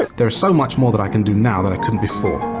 there's so much more that i can do now that i couldn't before.